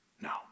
Now